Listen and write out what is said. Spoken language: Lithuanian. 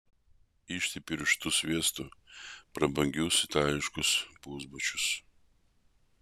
ištepei riešutų sviestu prabangius itališkus pusbačius